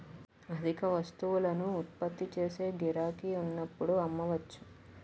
అధిక వస్తువులను ఉత్పత్తి చేసి గిరాకీ ఉన్నప్పుడు అమ్మవచ్చు